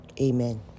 Amen